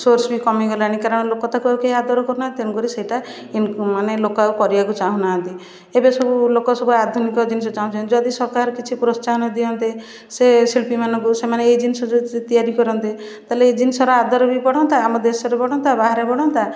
source ବି କମିଗଲାଣି କାରଣ ଲୋକ ଆଉ ତା'କୁ କେହି ଆଦର କରୁ ନାହାଁନ୍ତି ତେଣୁକରି ସେଇଟା ଇ ମାନେ ଆଉ ଲୋକ କରିବାକୁ ଚାହୁଁ ନାହାଁନ୍ତି ଏବେ ସବୁ ଲୋକସବୁ ଆଧୁନିକ ଜିନିଷ ଚାହୁଁଚନ୍ତି ଯଦି ସରକାର କିଛି ପ୍ରୋତ୍ସାହନ ଦିଅନ୍ତେ ସେ ଶିଳ୍ପୀମାନଙ୍କୁ ସେମାନେ ଏ ଜିନିଷ ଯଦି ତିଆରି କରନ୍ତେ ତା'ହେଲେ ଏ ଜିନିଷର ଆଦର ବି ବଢ଼ନ୍ତା ଆମ ଦେଶରେ ବଢ଼ନ୍ତା ବାହାରେ ବଢ଼ନ୍ତା